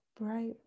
bright